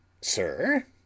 Sir